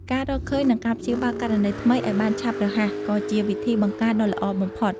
ការរកឃើញ និងការព្យាបាលករណីថ្មីឱ្យបានឆាប់រហ័ស ក៏ជាវិធីបង្ការដ៏ល្អបំផុត។